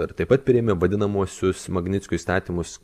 ir taip pat priėmė vadinamuosius magnickio įstatymus